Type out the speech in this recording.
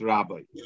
Rabbi